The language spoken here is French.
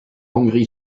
hongrie